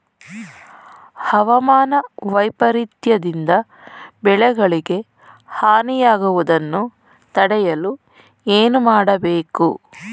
ಹವಾಮಾನ ವೈಪರಿತ್ಯ ದಿಂದ ಬೆಳೆಗಳಿಗೆ ಹಾನಿ ಯಾಗುವುದನ್ನು ತಡೆಯಲು ಏನು ಮಾಡಬೇಕು?